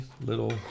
little